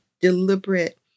deliberate